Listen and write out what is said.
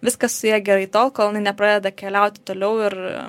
viskas gerai tol kol jinai nepradeda keliauti toliau ir